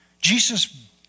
Jesus